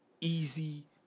easy